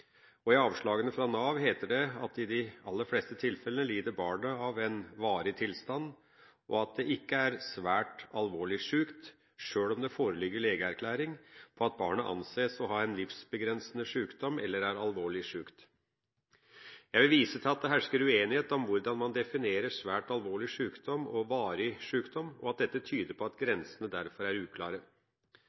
sjuke. I avslagene fra Nav heter det i de aller fleste tilfellene at barnet lider av «en varig tilstand», og at det ikke er svært alvorlig sjukt, sjøl om det foreligger legeerklæring på at barnet anses å ha en livsbegrensende sjukdom eller er alvorlig sjukt. Jeg vil vise til at det hersker uenighet om hvordan man definerer «svært alvorlig sykdom» og «varig sykdom», og at det tyder på at grensene derfor er uklare.